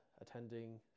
attending